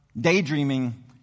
daydreaming